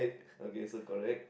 okay so correct